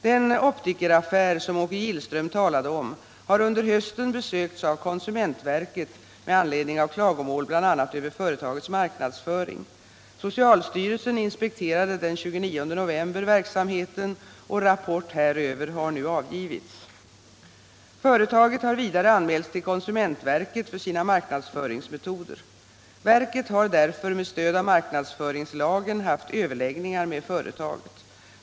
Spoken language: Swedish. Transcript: Den optikeraffär som Åke Gillström talade om har under hösten besökts av konsumentverket med anledning av klagomål, bl.a. över företagets marknadsföring. Socialstyrelsen inspekterade den 29 november verksamheten, och rapport häröver har nu avgivits. Företaget har vidare anmälts till konsumentverket för sina marknadsföringsmetoder. Verket har därför med stöd av marknadsföringslagen haft överläggningar med företaget.